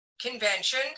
Convention